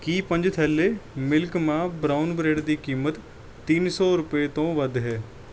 ਕੀ ਪੰਜ ਥੈਲੇ ਮਿਲਕ ਮਾ ਬਰਾਊਨ ਬਰੈਡ ਦੀ ਕੀਮਤ ਤਿੰਨ ਸੌ ਰੁਪਏ ਤੋਂ ਵੱਧ ਹੈ